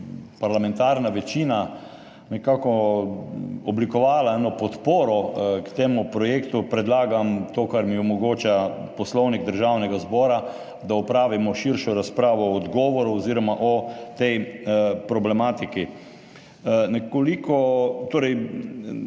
parlamentarna večina nekako oblikovala eno podporo temu projektu, predlagam to, kar mi omogoča Poslovnik Državnega zbora – da opravimo širšo razpravo o odgovoru oziroma o tej problematiki. Nekoliko slabe